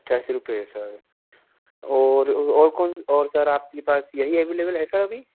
पचास रुपये है सर और वह और कौन और सर आपके पास यही अवेलेबल है सर अभी